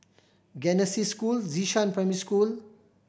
Genesis School Xishan Primary School